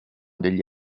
degli